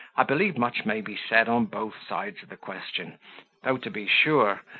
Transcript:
i believe much may be said on both sides of the question though to be sure,